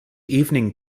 evening